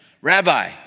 Rabbi